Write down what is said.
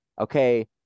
okay